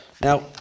Now